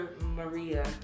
Maria